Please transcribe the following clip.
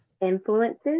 influences